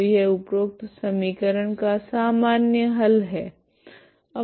तो यह उपरोक्त समीकरण का सामान्य हल है